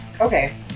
Okay